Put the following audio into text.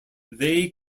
they